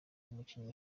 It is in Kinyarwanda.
umukinnyi